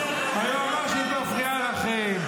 --- היועמ"שית מפריעה לכם,